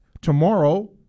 Tomorrow